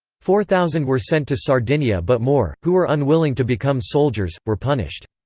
four thousand were sent to sardinia but more, who were unwilling to become soldiers, were punished.